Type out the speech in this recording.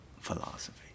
philosophy